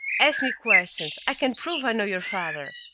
ask me questions i can prove i know your father!